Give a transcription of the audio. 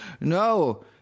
no